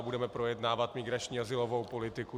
Budeme projednávat migrační azylovou politiku.